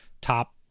top